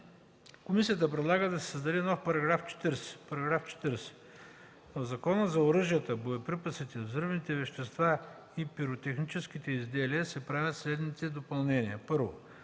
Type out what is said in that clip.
Комисията предлага да се създаде § 40: „§ 40. В Закона за оръжията, боеприпасите, взривните вещества и пиротехническите изделия се правят следните допълнения: 1.